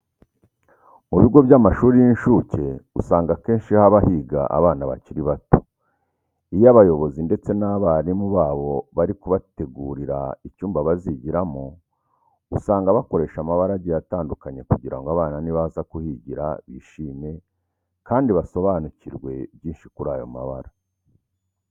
Mu bigo by'amashuri y'incuke usanga akenshi haba higa abana bakiri bato. Iyo abayobozi ndetse n'abarimu babo bari kubategurira icyumba bazigiramo, usanga bakoresha amabara agiye atandukanye kugira ngo abana nibaza kuhigira bishime kandi basobanukirwe byinshi kuri ayo mabara.